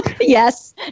yes